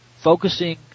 focusing